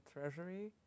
Treasury